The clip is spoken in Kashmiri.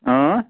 اۭں